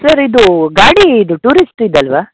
sir ಇದು ಗಾಡಿ ಇದು ಟೂರಿಸ್ಟಿದಲ್ಲವಾ